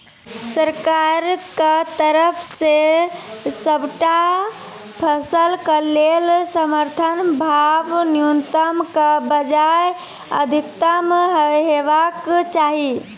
सरकारक तरफ सॅ सबटा फसलक लेल समर्थन भाव न्यूनतमक बजाय अधिकतम हेवाक चाही?